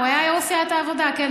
הוא היה יו"ר סיעת העבודה, כן?